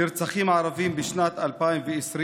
נרצחים ערבים בשנת 2020: